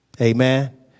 Amen